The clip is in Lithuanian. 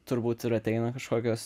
turbūt ir ateina kažkokios